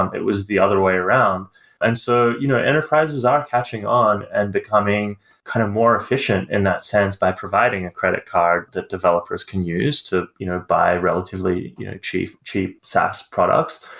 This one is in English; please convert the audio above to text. it was the other way around and so you know enterprises are catching on and becoming kind of more efficient in that sense by providing a credit card that developers can use to you know buy relatively cheap cheap saas products.